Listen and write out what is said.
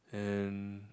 and